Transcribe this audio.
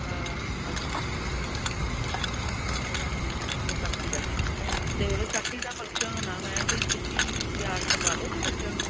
sorry ਚੌਦਾਂ ਦਾ ਨਹੀਂ ਆਪਾਂ ਕਿਹੜਾ ਕਰਨਾ ਹੁਣ ਵਿਸਾਖੀ ਦਾ ਅਤੇ ਵਿਸਾਖੀ ਦਾ ਫੰਕਸ਼ਨ ਹੋਣਾ ਵਾ ਤਾਂ ਤੁਸੀਂ ਤਿਆਰ ਕਰਵਾ ਦਉਂਗੇ ਬੱਚਿਆਂ ਨੂੰ